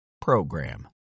program